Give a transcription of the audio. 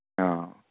ꯑꯥ